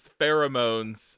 pheromones